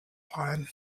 ein